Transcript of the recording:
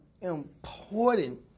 important